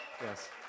Yes